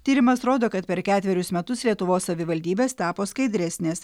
tyrimas rodo kad per ketverius metus lietuvos savivaldybės tapo skaidresnės